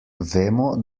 vemo